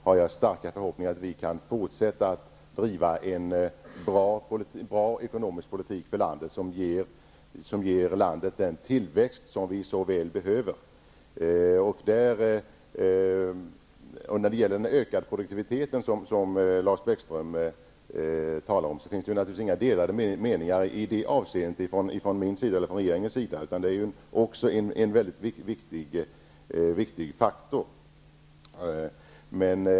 Herr talman! Lars Bäckström behöver inte vara orolig. Den sittande regeringen kommer att få förnyat förtroende vid nästa val. Jag har starka förhoppningar om att vi kommer att kunna fortsätta att driva en ekonomisk politik som är bra för landet, en ekonomisk politik som ger landet den tillväxt vi så väl behöver. Lars Bäckström talar om en ökad produktivitet, och naturligtvis har varken jag eller regeringen någon annan uppfattning i det avseendet. Även detta är en mycket viktig faktor.